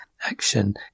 action